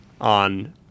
on